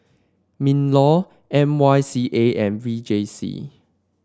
Minlaw M Y C A and V J C